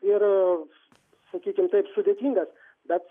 ir sakykim taip sudėtingas bet